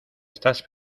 estás